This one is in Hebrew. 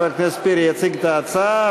חבר הכנסת פרי יציג את ההצעה,